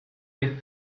with